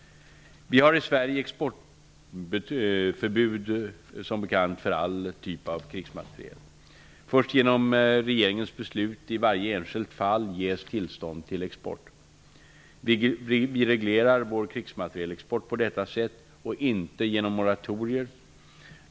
Vi har i Sverige exportförbud för all krigsmateriel. Först genom regeringens beslut i varje enskilt fall ges tillstånd till export. Vi reglerar vår krigsmaterielexport på detta sätt och inte genom moratorier.